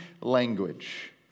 language